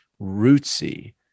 rootsy